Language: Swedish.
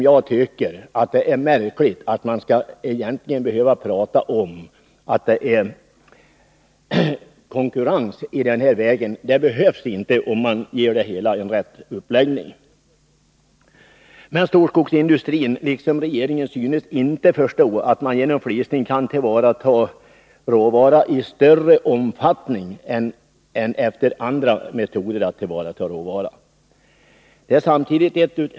Jag tycker att det är märkligt att man skall behöva prata om konkurrens här — det behövs inte, om man ger det hela rätt uppläggning. Storskogsindustrin liksom regeringen synes inte förstå att man genom flisning kan tillvarata råvara i större omfattning än med andra metoder.